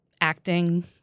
acting